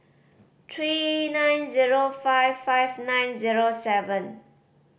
three nine zero five five nine zero seven